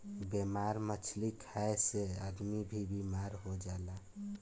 बेमार मछली खाए से आदमी भी बेमार हो जाला